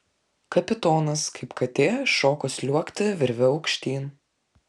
kapitonas kaip katė šoko sliuogti virve aukštyn